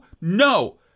no